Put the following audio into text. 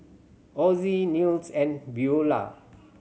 Ozie Nils and Buelah